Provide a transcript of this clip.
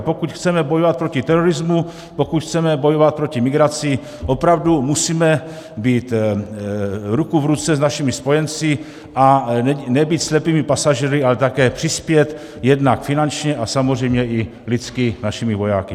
Pokud chceme bojovat proti terorismu, pokud chceme bojovat proti migraci, opravdu musíme být ruku v ruce s našimi spojenci a nebýt slepými pasažéry, ale také přispět jednak finančně, a samozřejmě lidsky našimi vojáky.